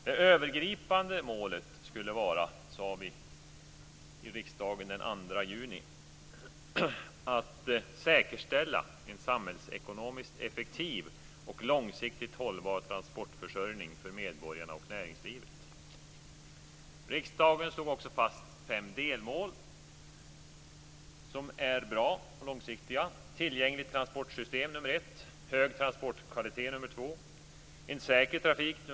Vi sade i riksdagen den 2 juni att det övergripande målet skulle vara att säkerställa en samhällsekonomiskt effektiv och långsiktigt hållbar transportförsörjning för medborgarna och näringslivet. Riksdagen slog också fast fem delmål som är bra och långsiktiga. 4.